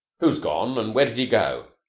who's gone and where did he go?